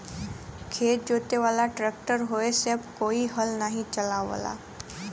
खेत जोते वाला ट्रैक्टर होये से अब कोई हल नाही चलावला